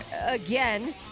again